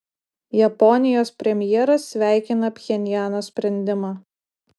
japonijos premjeras sveikina pchenjano sprendimą